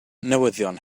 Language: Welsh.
newyddion